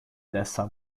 dessa